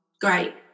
Great